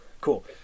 Cool